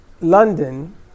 London